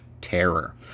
terror